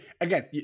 Again